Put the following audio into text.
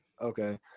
Okay